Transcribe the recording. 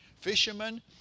Fishermen